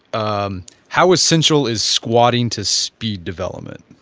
um how essential is squatting to speed development?